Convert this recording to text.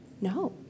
no